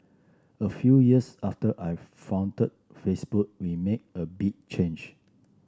a few years after I founded Facebook we made a big change